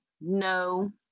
no